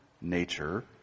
nature